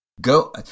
Go